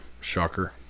Shocker